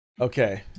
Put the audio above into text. Okay